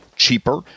cheaper